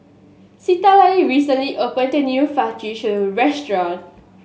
Citlali recently opened a new Fajitas restaurant